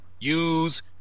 use